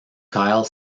kyle